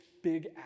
big